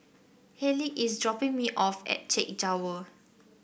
Hayleigh is dropping me off at Chek Jawa